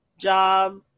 job